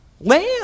lamb